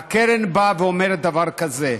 הקרן באה ואומרת דבר כזה: